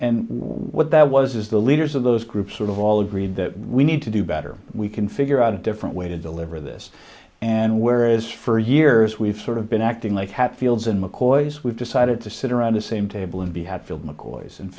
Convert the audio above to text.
and what that was is the leaders of those groups sort of all agreed that we need to do better we can figure out a different way to deliver this and whereas for years we've sort of been acting like hatfields and mccoys we've decided to sit around the same table and be hadfield mccoy's and